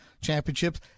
championships